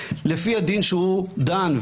לפי הדין שהוא דן,